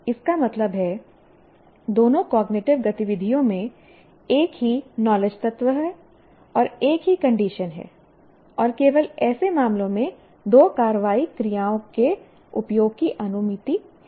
इसका मतलब है दोनों कॉग्निटिव गतिविधियों में एक ही नॉलेज तत्व और एक ही कंडीशन है और केवल ऐसे मामलों में दो कार्रवाई क्क्रियाओं के उपयोग की अनुमति है